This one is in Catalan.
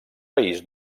país